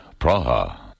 Praha